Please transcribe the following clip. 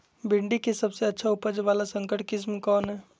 भिंडी के सबसे अच्छा उपज वाला संकर किस्म कौन है?